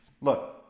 look